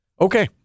Okay